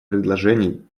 предложений